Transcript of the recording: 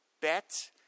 bet